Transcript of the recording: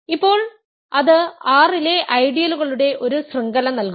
ഇപ്പോൾ അത് R ലെ ഐഡിയലുകളുടെ ഒരു ശൃംഖല നൽകുന്നു